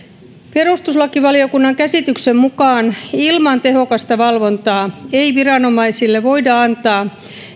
perustuslakivaliokunnan käsityksen mukaan ilman tehokasta valvontaa ei viranomaisille voida antaa